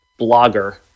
blogger